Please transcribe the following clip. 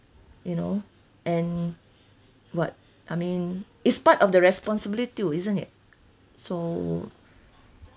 you know and [what] I mean is part of the responsibility isn't it so